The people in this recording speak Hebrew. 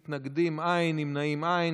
מתנגדים, אין, נמנעים, אין.